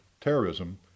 terrorism